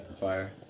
Fire